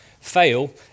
Fail